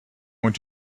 going